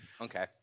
Okay